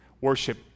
worship